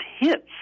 hits